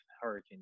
Hurricane